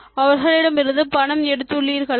மற்றவர்களிடமிருந்து பணம் எடுத்துள்ளீர்களா